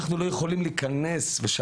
אנחנו ואף אחד לא יכול להיכנס לנעליים